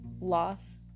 loss